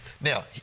Now